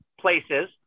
places